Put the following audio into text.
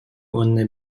уонна